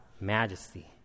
majesty